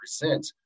present